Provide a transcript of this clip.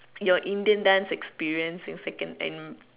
your Indian dance experience in second and